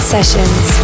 Sessions